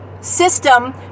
System